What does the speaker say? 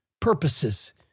purposes